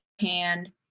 hand